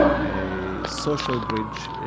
a social bridge,